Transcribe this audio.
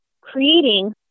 creating